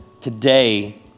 today